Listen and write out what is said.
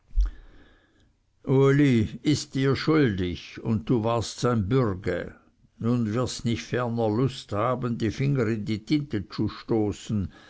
uli ist dir schuldig und du warst sein bürge nun wirst du nicht ferner lust haben die finger in die tinte zu